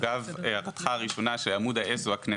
אגב הערתך הראשונה שעמוד האש זו הכנסת,